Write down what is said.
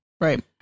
Right